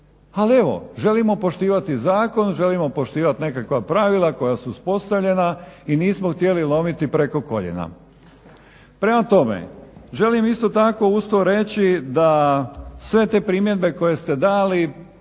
Al evo želimo poštivati zakon, želimo poštivati nekakva pravila koja su uspostavljena i nismo htjeli lomiti preko koljena. Prema tome, želim isto tako uz to reći da sve te primjedbe koje ste dali,